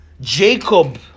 Jacob